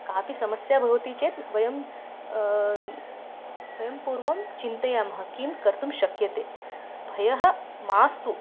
कापि समस्या भवति चेत् वयं वयं पूर्वं चिन्तयामः किं कर्तुं शक्यते भयं मास्तु